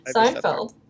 Seinfeld